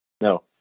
No